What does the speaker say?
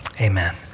amen